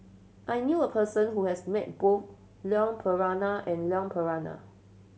I knew a person who has met both Leon Perera and Leon Perera